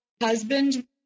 husband